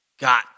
got